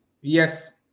Yes